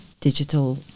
digital